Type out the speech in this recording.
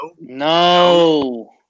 No